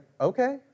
okay